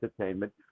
entertainment